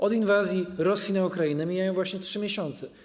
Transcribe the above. Od inwazji Rosji na Ukrainę mijają właśnie 3 miesiące.